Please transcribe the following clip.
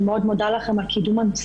היום 21 בדצמבר, ו' בטבת תשפ"א.